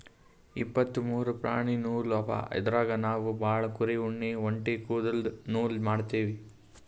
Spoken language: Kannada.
ಇಪ್ಪತ್ತ್ ಮೂರು ಪ್ರಾಣಿ ನೂಲ್ ಅವ ಅದ್ರಾಗ್ ನಾವ್ ಭಾಳ್ ಕುರಿ ಉಣ್ಣಿ ಒಂಟಿ ಕುದಲ್ದು ನೂಲ್ ಮಾಡ್ತೀವಿ